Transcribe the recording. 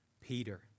Peter